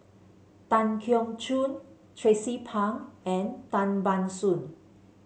Tan Keong Choon Tracie Pang and Tan Ban Soon